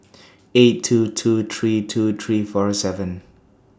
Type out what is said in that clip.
eight two two three two three four seven